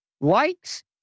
likes